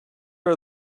are